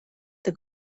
the